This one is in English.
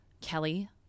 Kelly